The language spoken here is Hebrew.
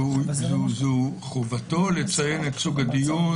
זה חובתו לציין את סוג הדיון?